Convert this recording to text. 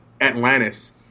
Atlantis